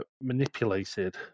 manipulated